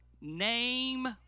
name